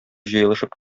җыелышып